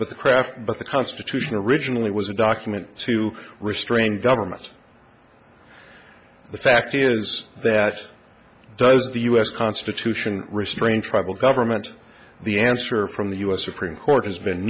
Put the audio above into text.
but the craft but the constitution originally was a document to restrain government the fact is that does the u s constitution restrain tribal government the answer from the u s supreme court has been